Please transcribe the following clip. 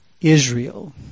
Israel